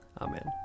Amen